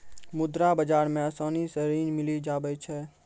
मुद्रा बाजार मे आसानी से ऋण मिली जावै छै